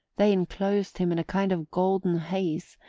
they enclosed him in a kind of golden haze,